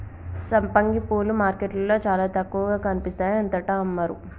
సంపంగి పూలు మార్కెట్లో చాల తక్కువగా కనిపిస్తాయి అంతటా అమ్మరు